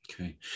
Okay